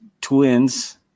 twins